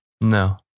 No